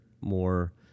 more